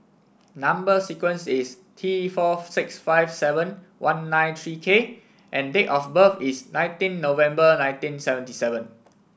number sequence is T four six five seven one nine three K and date of birth is nineteen November nineteen seventy seven